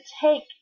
take